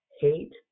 hate